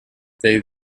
they